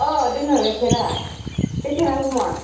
अ दङ गाइखेरा बेसे नांगौमोन